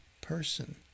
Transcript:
person